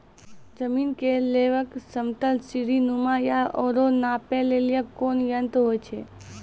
जमीन के लेवल समतल सीढी नुमा या औरो नापै लेली कोन यंत्र होय छै?